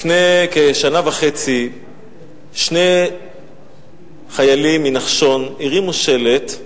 לפני כשנה וחצי שני חיילים מ"נחשון" הרימו שלט,